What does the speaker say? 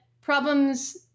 problems